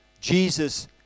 Jesus